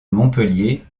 montpellier